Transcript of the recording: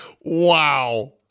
wow